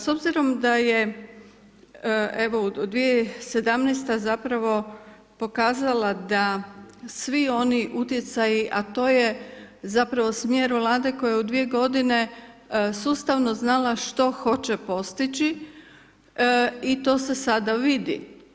S obzirom da je evo 2017. zapravo pokazala da svi oni utjecaji a to je zapravo smjer Vlade koja je u dvije godine sustavno znala što hoće postići i to se sada vidi.